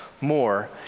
more